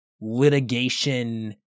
litigation